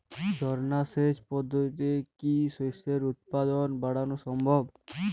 ঝর্না সেচ পদ্ধতিতে কি শস্যের উৎপাদন বাড়ানো সম্ভব?